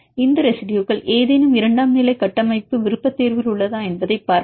இந்த ரெசிடுயுகள் ஏதேனும் இரண்டாம் நிலை கட்டமைப்பு விருப்பத்தேர்வில் உள்ளதா என்பதைப் பார்ப்போம்